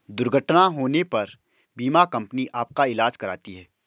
दुर्घटना होने पर बीमा कंपनी आपका ईलाज कराती है